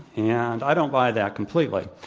and i don't buy that completely.